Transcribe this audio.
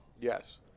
yes